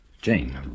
Jane